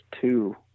two